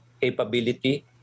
capability